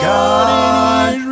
God